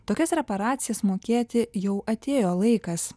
tokias reparacijas mokėti jau atėjo laikas